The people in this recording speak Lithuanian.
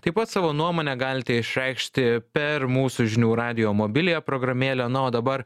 taip pat savo nuomonę galite išreikšti per mūsų žinių radijo mobiliąją programėlę na o dabar